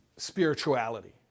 Spirituality